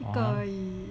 like 一个而已